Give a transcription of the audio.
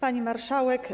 Pani Marszałek!